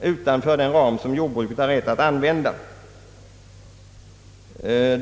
utanför den ram som jordbruket har rätt att förfoga över.